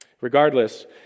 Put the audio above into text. Regardless